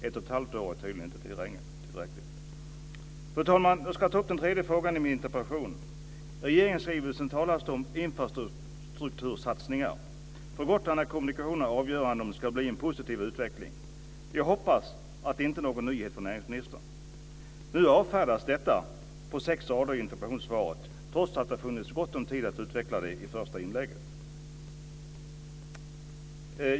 Ett och ett halvt år är tydligen inte tillräckligt. Fru talman! Jag ska ta upp den tredje frågan i min interpellation. I regeringsskrivelsen talas det om satsningar på infrastruktur. På Gotland är kommunikationerna avgörande för om det ska bli en positiv utveckling. Jag hoppas att det inte är någon nyhet för näringsministern. Nu avfärdas detta på sex rader i interpellationssvaret, trots att det funnits gott om tid att utveckla det i det första inlägget.